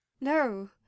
no